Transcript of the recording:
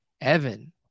Evan